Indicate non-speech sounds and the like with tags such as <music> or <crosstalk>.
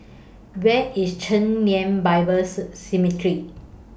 Where IS Chen Lien Bible <unintelligible>